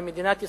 ומדינת ישראל,